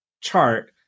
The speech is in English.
chart